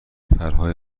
پرهای